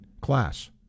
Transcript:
class